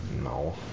No